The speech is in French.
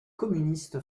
communiste